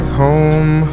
home